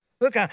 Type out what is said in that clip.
Look